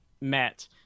met